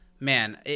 Man